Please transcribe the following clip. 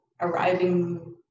arriving